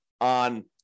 on